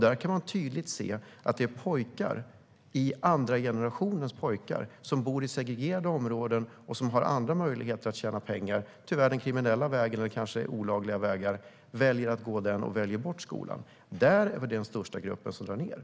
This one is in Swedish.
Där kan man tydligt se att andra generationens pojkar som bor i segregerade områden och har andra möjligheter att tjäna pengar - det är tyvärr via den kriminella vägen eller kanske olagliga vägar - väljer den möjligheten och väljer bort skolan. Där har vi den största gruppen som drar ned.